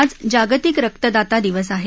आज जागतिक रक्तादाता दिवस आहे